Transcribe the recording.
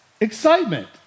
excitement